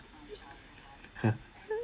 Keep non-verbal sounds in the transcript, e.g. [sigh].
[laughs]